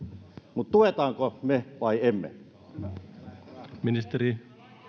mutta tuemmeko me niitä vai emme